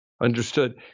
Understood